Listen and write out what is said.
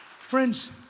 friends